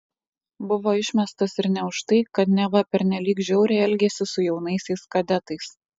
buvo išmestas ir ne už tai kad neva pernelyg žiauriai elgėsi su jaunaisiais kadetais